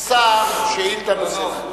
שר שאילתא נוספת.